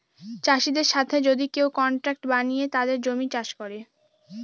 চাষীদের সাথে যদি কেউ কন্ট্রাক্ট বানিয়ে তাদের জমি চাষ করে